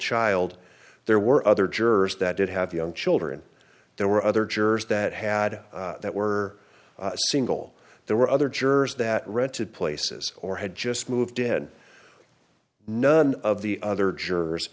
child there were other jurors that did have young children there were other jurors that had that were single there were other jurors that rented places or had just moved in none of the other jurors